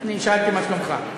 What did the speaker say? שאלתי מה שלומך.